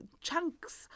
chunks